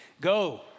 Go